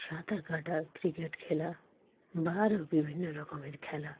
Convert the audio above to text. সাঁতার কাটা ক্রিকেট খেলা বা ও বিভিন্ন রকমের খেলা